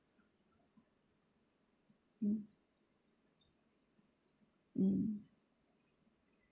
mm mm